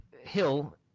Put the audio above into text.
hill